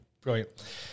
brilliant